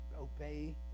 obey